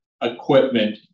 equipment